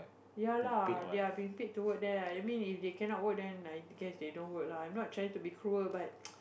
ya lah they're being paid to work there ah I mean if they cannot work then like I guess they don't work lah I'm not trying to be cruel but